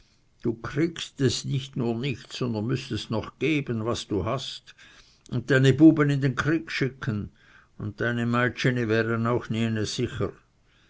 du kriegtest nicht nur nichts sondern müßtest noch geben was du hast und deine buben in krieg schicken und deine meitscheni wären auch niene sicher